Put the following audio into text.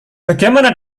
bagaimana